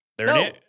No